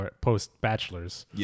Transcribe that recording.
post-bachelors